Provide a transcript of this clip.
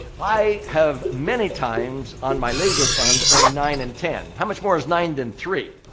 i have, many times, on my laser fund earn nine and ten. how much more is nine than three?